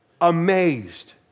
Amazed